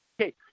Okay